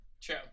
True